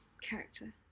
Character